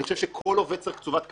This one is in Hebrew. אני חושב שכל עובד צריך קצובת קדנציות,